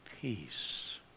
peace